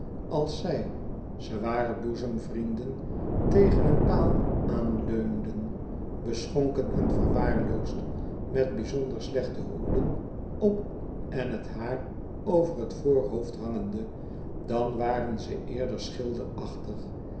als zij ze waren boezemvrienden tegen een paal aanleunden beschonken en verwaarloosd met bijzonder slechte hoeden op en t haar over t voorhoofd hangende dan waren ze eerder